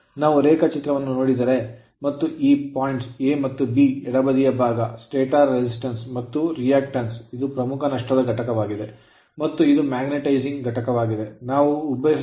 ನಾವು ರೇಖಾಚಿತ್ರವನ್ನು ನೋಡಿದರೆ ಮತ್ತು ಈ points ಬಿಂದುಗಳು A ಮತ್ತು B ಎಡಬದಿಯ ಭಾಗ stator resistance ಸ್ಟಾಟರ್ ಪ್ರತಿರೋಧ ಮತ್ತು reactance ಪ್ರತಿವರ್ತನೆ ಇದು ಪ್ರಮುಖ ನಷ್ಟದ ಘಟಕವಾಗಿದೆ ಮತ್ತು ಇದು magnetizing ಕಾಂತೀಯಗೊಳಿಸುವ ಘಟಕವಾಗಿದೆ ನಾವು ವಿಭಜಿಸಿದಾಗ PG ಯನ್ನು 3 ರಿಂದ